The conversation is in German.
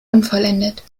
unvollendet